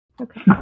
Okay